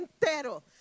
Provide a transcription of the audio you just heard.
entero